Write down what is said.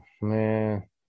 man